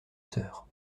sœur